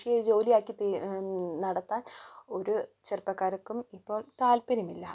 കൃഷിയൊരു ജോലിയാക്കി നടത്താൻ ഒരു ചെറുപ്പക്കാർക്കും ഇപ്പം താല്പര്യമില്ല